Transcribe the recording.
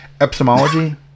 epistemology